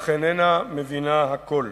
אך איננה מבינה הכול.